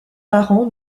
parents